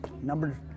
number